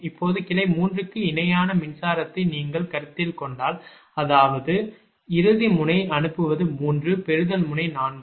இப்போது கிளை 3 க்கு இணையான மின்சாரத்தை நீங்கள் கருத்தில் கொண்டால் அதாவது இறுதி முனை அனுப்புவது 3 பெறுதல் முனை 4